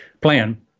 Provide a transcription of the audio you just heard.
plan